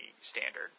standard